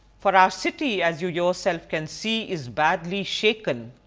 for our city, as you yourself can see, is badly shaken.